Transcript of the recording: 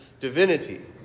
divinity